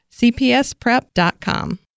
cpsprep.com